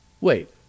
Wait